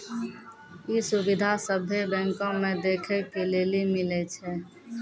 इ सुविधा सभ्भे बैंको मे देखै के लेली मिलै छे